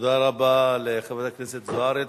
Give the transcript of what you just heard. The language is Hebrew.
תודה רבה לחברת הכנסת זוארץ.